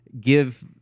give